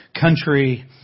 country